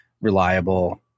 reliable